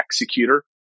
executor